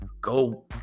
go